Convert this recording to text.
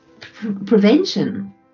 prevention